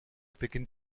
beginnt